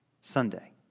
Sunday